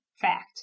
fact